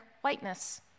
whiteness